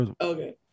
okay